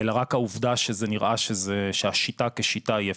אלא רק העובדה שזה נראה שהשיטה כשיטה היא אפשרית,